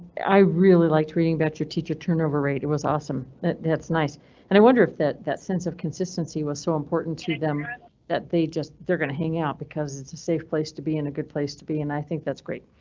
i really liked reading about your teacher turnover rate. it was awesome that that's nice and i wonder if that that sense of consistency was so important to them and that they just. they're going to hang out because it's a safe place to be in a good place to be, and i think that's great.